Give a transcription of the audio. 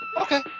Okay